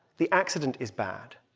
the accident is bad,